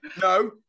No